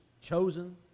chosen